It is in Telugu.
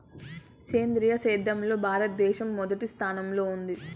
సేంద్రీయ సేద్యంలో భారతదేశం మొదటి స్థానంలో ఉంది